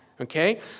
Okay